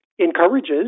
Encourages